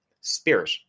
spirit